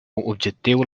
objectiu